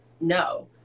No